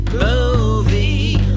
movie